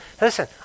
listen